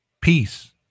peace